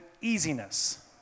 easiness